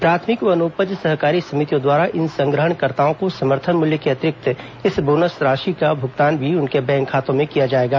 प्राथमिक वनोपज सहकारी समितियों द्वारा इन संग्रहणकर्ताओं को समर्थन मूल्य के अतिरिक्त इस बोनस राशि का भुगतान भी उनके बैंक खातों में किया जाएगा